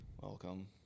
Welcome